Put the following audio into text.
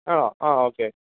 ആ ആ ഓക്കെ